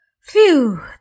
Phew